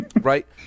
Right